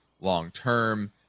long-term